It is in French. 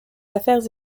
affaires